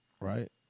right